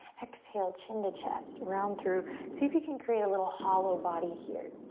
exhale, chin to chest, round through. see if you can create a little hollow body here.